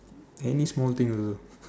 any small things also